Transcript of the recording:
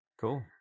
Cool